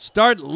Start